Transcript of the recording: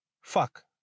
fuck